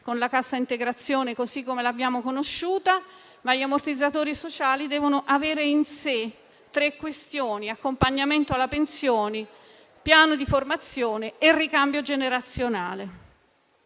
con la cassa integrazione così come l'abbiamo conosciuta. Gli ammortizzatori sociali devono avere in sé tre questioni: accompagnamento alla pensione, piano di formazione e ricambio generazionale.